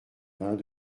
vingts